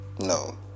No